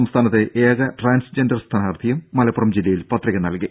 സംസ്ഥാനത്തെ ഏക ട്രാൻസ്ജെൻഡർ സ്ഥാനാർത്ഥിയും മലപ്പുറം ജില്ലയിൽ പത്രിക നൽകി